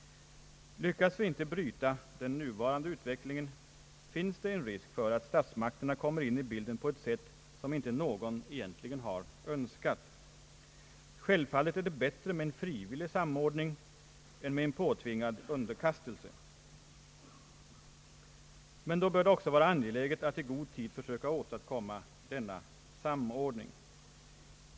Lyckas vi inte bryta den nuvarande utvecklingen, finns det risk för att statsmakterna kommer in i bilden på ett sätt som egentligen inte någon Önskat. Självfallet är det bätire med en frivillig samordning än med en påtvingad underkastelse, men då bör det också vara angeläget att i god tid försöka åstadkomma denna samordning.